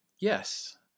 yes